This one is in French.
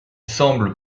semble